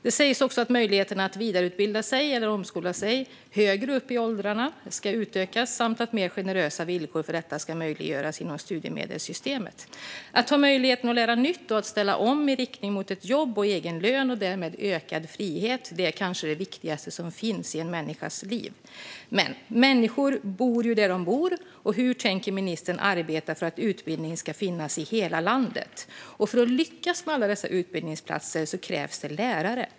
Det står också att möjligheterna att vidareutbilda sig eller omskola sig högre upp i åldrarna ska utökas samt att mer generösa villkor för detta ska möjliggöras inom studiemedelssystemet. Att ha möjligheten att lära nytt och att ställa om i riktning mot att få ett jobb, egen lön och därmed ökad frihet är kanske det viktigaste som finns i en människas liv. Men människor bor där de bor. Hur tänker ministern arbeta för att utbildning ska finnas i hela landet? För att lyckas med alla dessa utbildningsplatser krävs det lärare.